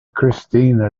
christina